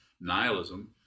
nihilism